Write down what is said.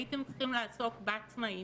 הייתם צריכים לעסוק בעצמאים,